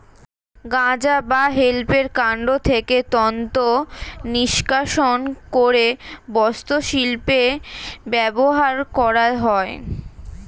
গাঁজা বা হেম্পের কান্ড থেকে তন্তু নিষ্কাশণ করে বস্ত্রশিল্পে ব্যবহার করা হয়